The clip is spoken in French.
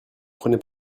prenais